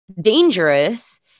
dangerous